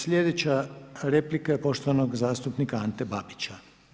Slijedeća replika je poštovanog zastupnika Ante Babića.